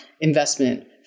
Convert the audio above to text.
investment